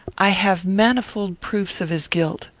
i have manifold proofs of his guilt.